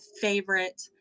favorite